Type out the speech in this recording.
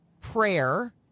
prayer